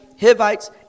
Hivites